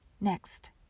Next